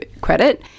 credit